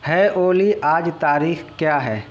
ہے اولی آج تاریخ کیا ہے